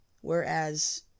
Whereas